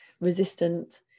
resistant